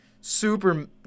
super